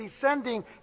descending